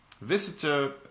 visitor